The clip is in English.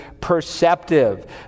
perceptive